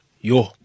Yo